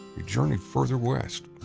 he journeyed further west.